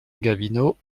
gavino